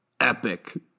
Epic